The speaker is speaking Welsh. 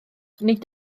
nid